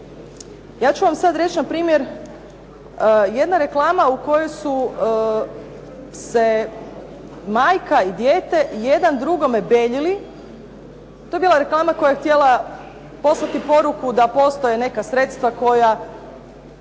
Ja ću vam sad reći npr. jedna reklama u kojoj su se majka i dijete jedan drugome beljili, to je bila reklama koja je htjela poslati poruku da postoje neka sredstva koja,